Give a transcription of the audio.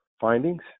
findings